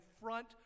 front